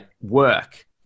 work